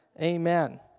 amen